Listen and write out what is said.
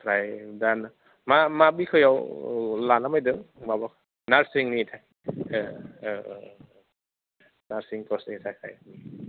ओमफ्राय दा मा मा बिसयआव लानो नागिरदों माबा नार्सिंनि थाखाय ए नार्सिं कर्सनि थाखाय